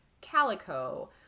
calico